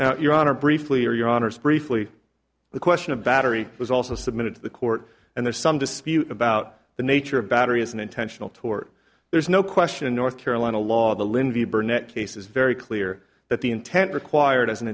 now your honor briefly or your honour's briefly the question of battery was also submitted to the court and there's some dispute about the nature of battery is an intentional tort there's no question in north carolina law the lin v burnett case is very clear that the intent required as an